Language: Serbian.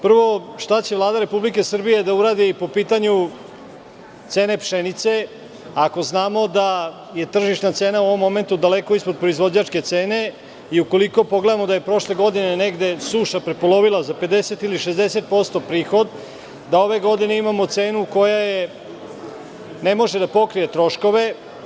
Prvo, šta će Vlada Republike Srbije da uradi po pitanju cene pšenice, ako znamo da je tržišna cena u ovom momentu daleko ispod proizvođačke cene i ukoliko pogledamo da je prošle godine negde suša prepolovila za 50% ili 60% prihod, da ove godine imamo cenu koja ne može da pokrije troškove?